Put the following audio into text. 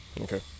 Okay